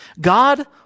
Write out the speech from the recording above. God